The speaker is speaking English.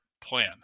plan